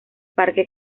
parque